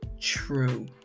true